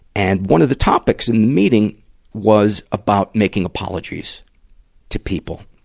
and one of the topics in the meeting was about making apologies to people.